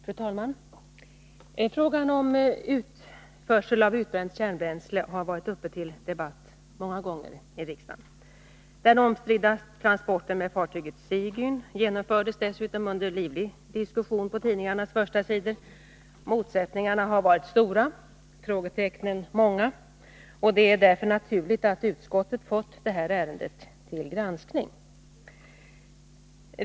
Fru talman! Frågan om utförsel av utbränt kärnbränsle har varit uppe till debatt många gånger i riksdagen. Den omstridda transporten med fartyget Sigyn genomfördes dessutom under livlig diskussion på tidningarnas förstasidor. Motsättningarna har varit stora och frågetecknen många, och det är därför naturligt att utskottet fått ärendet till granskning.